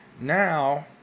Now